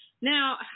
now